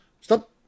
stop